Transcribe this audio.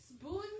spoon